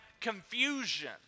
confusion